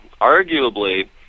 arguably